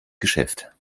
geschäft